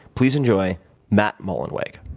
please enjoy matt mullenweg.